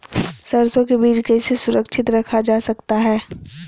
सरसो के बीज कैसे सुरक्षित रखा जा सकता है?